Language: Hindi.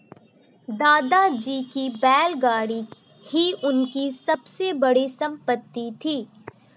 दादाजी की बैलगाड़ी ही उनकी सबसे बड़ी संपत्ति थी